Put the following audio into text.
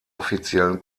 offiziellen